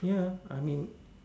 ya I mean